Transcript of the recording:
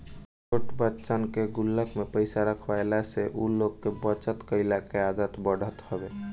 छोट बच्चन के गुल्लक में पईसा रखवला से उ लोग में बचत कइला के आदत पड़त हवे